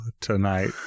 tonight